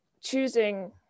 choosing